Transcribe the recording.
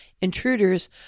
intruders